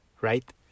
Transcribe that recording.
right